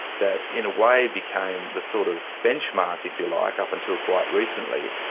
that in a way became the sort of benchmark, if you like, up until quite recently,